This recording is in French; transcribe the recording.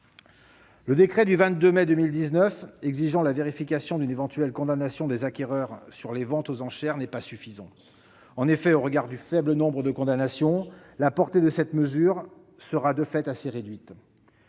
Le décret du 22 mai 2019 exigeant la vérification d'une éventuelle condamnation des acquéreurs sur les ventes aux enchères n'est pas suffisant. En effet, au regard du faible nombre de condamnations, la portée de cette mesure sera de fait assez réduite.